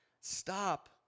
Stop